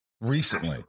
Recently